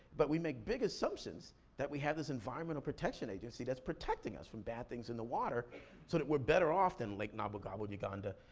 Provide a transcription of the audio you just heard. but we make big assumptions that we have this environmental protection agency that's protecting us from bad things in the water, so that we're better off than lake nabugabo, uganda,